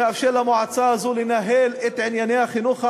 שמאפשר למועצה הזאת לנהל את ענייני החינוך הערבי,